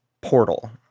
portal